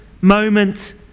moment